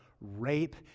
rape